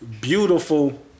beautiful